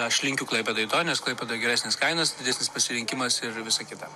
aš linkiu klaipėdai to nes klaipėdoj geresnės kainos didesnis pasirinkimas ir visa kita